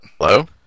Hello